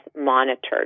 monitored